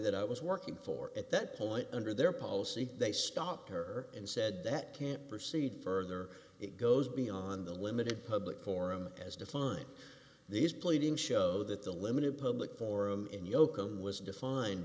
that i was working for at that point under their policy they stopped her and said that can't proceed further it goes beyond the limited public forum as defined these pleadings show that the limited public forum in yoakum was defined